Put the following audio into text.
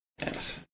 Yes